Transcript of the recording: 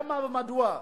למה ומדוע?